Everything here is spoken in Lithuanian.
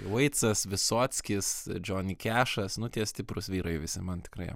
veitsas visockis džoni kešas nu tie stiprūs vyrai visi man tikrai